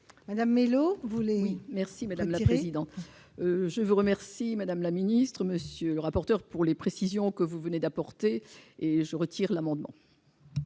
Madame Mellow voulez. Merci madame la présidente, je vous remercie, Madame la Ministre, Monsieur le rapporteur pour les précisions que vous venez d'apporter et je retire l'amendement.